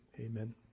Amen